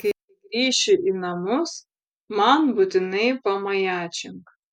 kai grįši į namus man būtinai pamajačink